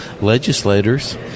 legislators